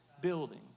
building